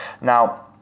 Now